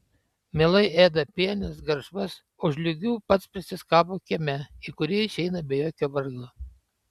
mielai ėda pienes garšvas o žliūgių pats prisiskabo kieme į kurį išeina be jokio vargo